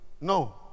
No